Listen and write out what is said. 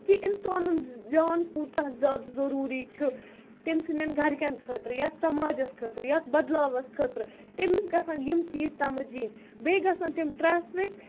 کہِ اِنسانَن جان کوٗتاہ زیادٕ ضٔروٗری چھُ تٔمۍ سٕنٛدؠن گَرِکؠن خٲطرٕ یَتھ سَماجَس خٲطرٕ یَتھ بَدلاوَس خٲطرٕ تٔمِس گژھن یِم چیٖز سَمٕجھ یِنۍ بیٚیہِ گژھن تِم ٹریفِک